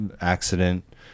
accident